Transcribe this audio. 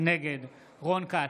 נגד רון כץ,